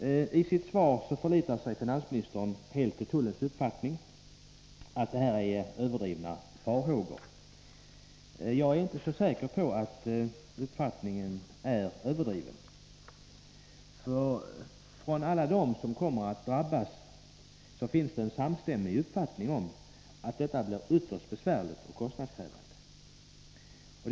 I sitt svar förlitar sig finansministern helt på tullens uppfattning att de farhågor som framförs är överdrivna. Jag är inte så säker på att farhågorna är överdrivna, för från alla dem som kommer att drabbas finns det en samstämmig uppfattning om att detta blir ytterst besvärligt och kostnadskrävande.